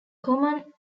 common